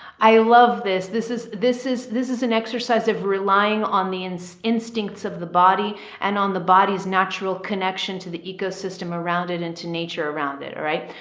i love this. this is, this is, this is an exercise of relying on the and so instincts of the body and on the body's natural connection to the ecosystem around it, into nature around it, right?